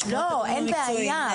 לשמוע את הגורמים המקצועיים,